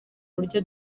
buryo